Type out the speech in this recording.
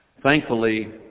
Thankfully